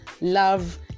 love